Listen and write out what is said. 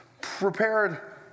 prepared